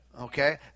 okay